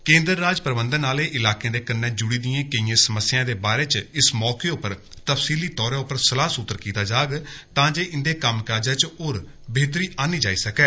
केंद्र राज प्रबंधन आहले ईलाकें दे कन्ने ज्ड़ी दियें केंई समस्याएं दे बारे च इस मौके उप्पर तफसीली तौर उप्पर सलाह सूत्तर कीता जाग तां जे इंदे कम्मकाज च होर बेहतरी आंदी जाई सकै